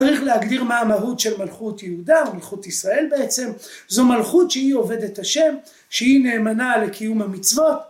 צריך להגדיר מה המהות של מלכות יהודה, מלכות ישראל בעצם, זו מלכות שהיא עובדת השם, שהיא נאמנה לקיום המצוות